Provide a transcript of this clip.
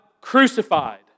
crucified